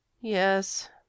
yes